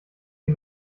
die